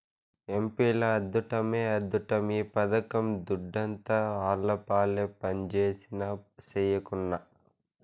ఎంపీల అద్దుట్టమే అద్దుట్టం ఈ పథకం దుడ్డంతా ఆళ్లపాలే పంజేసినా, సెయ్యకున్నా